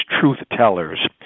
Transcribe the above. truth-tellers